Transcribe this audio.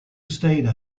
stayed